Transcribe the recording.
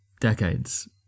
decades